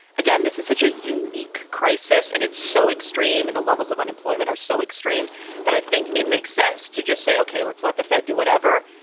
again, this is such a unique crisis and it's so extreme in the levels of unemployment are so extreme that i think it makes sense to just say, ok, let's let the fed do whatever.